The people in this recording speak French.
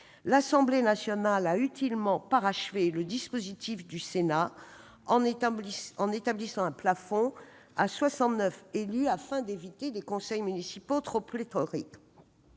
L'Assemblée nationale a utilement parachevé le dispositif du Sénat, en établissant un plafond à 69 élus afin d'éviter des conseils trop pléthoriques.